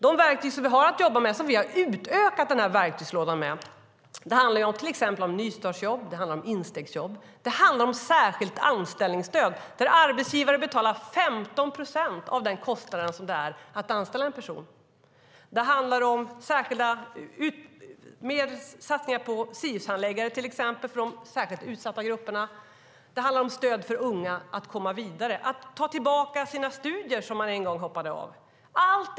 De verktyg vi har att jobba med, de som vi utökat verktygslådan med, är till exempel nystartsjobb, instegsjobb, särskilt anställningsstöd där arbetsgivare betalar 15 procent av den kostnad det innebär att anställa en person. Det handlar också om ytterligare satsningar på SIUS-handläggare för de särskilt utsatta grupperna samt om stöd för unga att komma vidare, att återgå till studierna som man en gång hoppade av från.